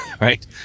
right